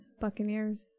Buccaneers